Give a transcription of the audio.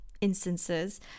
instances